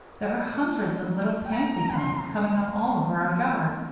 there are hundreds of little pansy plants coming up all over our yard,